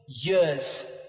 years